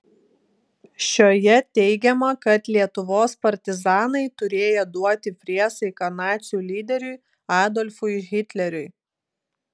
šioje teigiama kad lietuvos partizanai turėję duoti priesaiką nacių lyderiui adolfui hitleriui